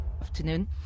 afternoon